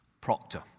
proctor